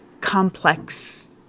complex